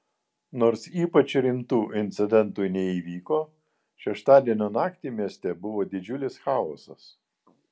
nors ypač rimtų incidentų neįvyko šeštadienio naktį mieste buvo didžiulis chaosas